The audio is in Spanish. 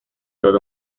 todo